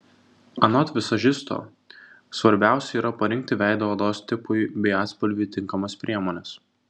anot vizažisto svarbiausia yra parinkti veido odos tipui bei atspalviui tinkamas priemones